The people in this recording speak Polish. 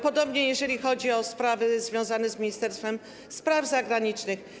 Podobnie jest, jeżeli chodzi o sprawy związane z Ministerstwem Spraw Zagranicznych.